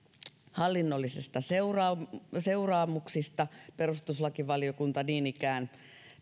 hallinnollisista seuraamuksista perustuslakivaliokunta niin ikään